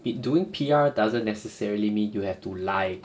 be doing P_R doesn't necessarily mean you have to lie